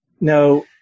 Now